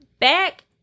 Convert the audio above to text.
back